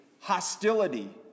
hostility